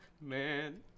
man